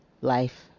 life